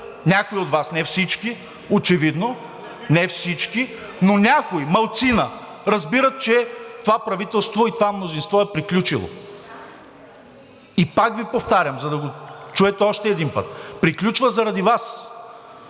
някои от Вас, не всички, очевидно не всички, но някои, малцина, разбират, че това правителство и това мнозинство е приключило. И пак ви повтарям, за да го чуете още един път: приключва заради Вас.